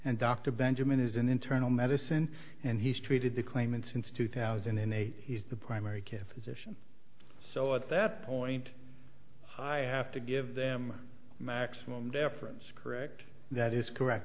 and dr benjamin is an internal medicine and he's treated the claimant since two thousand and eight he is the primary care physician so at that point i have to give them maximum deference correct that is correct